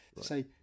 say